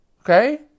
okay